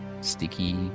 sticky